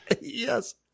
Yes